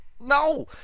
no